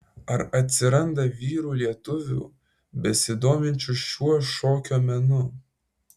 ar atsiranda vyrų lietuvių besidominčių šiuo šokio menu